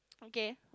okay